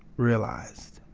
realized.